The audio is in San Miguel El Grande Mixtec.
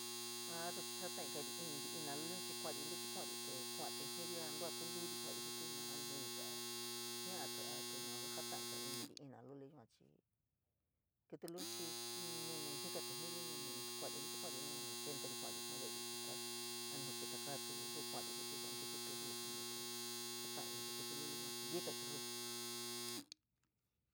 Aa ruu chii jataiga iniri ina luliun chii kuari, ntichi kuari te kuatí jiria a tua kuu nturi kuari jítí a ni jinití, a jia’atí yua kua jataiga ini ina luli yua chii ntichi kuari nu ni kentari kuari sua veri tua chii a ni jakuitakaati ru kuari jití, sua tikítí ru suni te jata’a iniri kítí luliun chii ntitatí ruu.